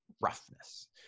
roughness